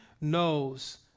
knows